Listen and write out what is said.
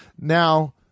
Now